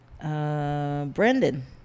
Brandon